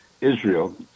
Israel